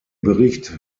bericht